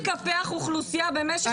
אתה מקפח אוכלוסייה במשך 73 שנים.